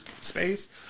space